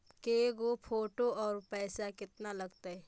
के गो फोटो औ पैसा केतना लगतै?